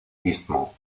istmo